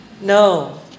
No